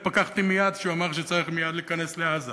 התפכחתי מייד כשהוא אמר שצריך מייד להיכנס לעזה